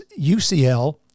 UCL